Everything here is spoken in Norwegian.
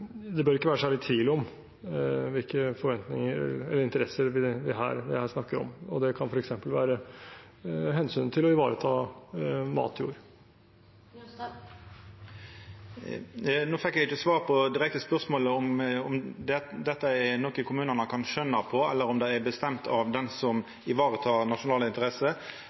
det bør ikke være særlig tvil om hvilke forventninger og interesser vi her snakker om. Det kan f.eks. være hensynet til å ivareta matjord. Eg fekk ikkje no svar på det direkte spørsmålet om dette er noko kommunane kan skjøna på, eller om det er bestemt av den som varetek nasjonale interesser.